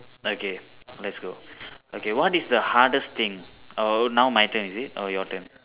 okay let's go okay what is the hardest thing oh now my turn is it or your turn